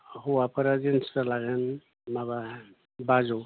हौवाफ्रा जेन्ट्सफ्रा लागोन माबा बाजौ